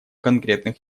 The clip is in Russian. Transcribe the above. конкретных